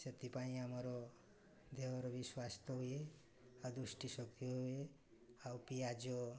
ସେଥିପାଇଁ ଆମର ଦେହର ବି ସ୍ୱାସ୍ଥ୍ୟ ହୁଏ ଆଉ ଦୃଷ୍ଟିଶକ୍ତି ହୁଏ ଆଉ ପିଆଜ